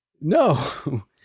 No